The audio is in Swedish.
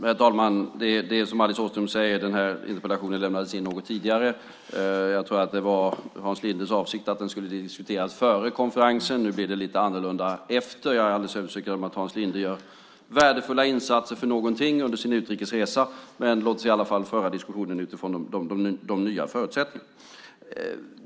Herr talman! Det är som Alice Åström säger, nämligen att interpellationen lämnades in något tidigare. Jag tror att det var Hans Lindes avsikt att den skulle diskuteras före konferensen. Nu blir det lite annorlunda efter. Jag är alldeles övertygad om Hans Linde gör värdefulla insatser för någonting under sin utrikes resa, men låt oss föra diskussionen utifrån de nya förutsättningarna.